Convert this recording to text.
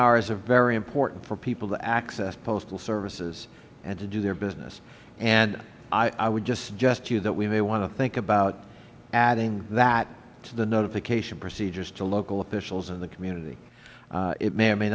hours are very important for people to access postal services and to do their business and i would just suggest to you that we may want to think about adding that to the notification procedures to local officials and the community it may or may